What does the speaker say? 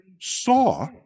saw